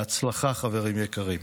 בהצלחה, חברים יקרים.